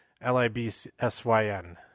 L-I-B-S-Y-N